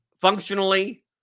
functionally